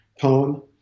poem